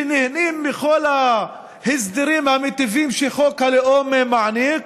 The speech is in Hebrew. שנהנים מכל ההסדרים המיטיבים שחוק הלאום מעניק,